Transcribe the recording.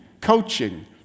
coaching